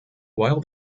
while